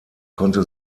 konnte